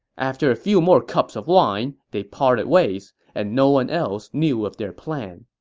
after a few more cups of wine, they parted ways. and no one else knew of their plan